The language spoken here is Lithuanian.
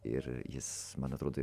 ir jis man atrodo